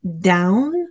down